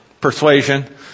persuasion